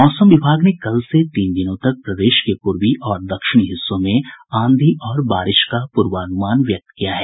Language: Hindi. मौसम विभाग ने कल से तीन दिनों तक प्रदेश के पूर्वी और दक्षिणी हिस्सों में आंधी और बारिश का पूर्वानुमान व्यक्त किया है